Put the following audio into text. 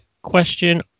Question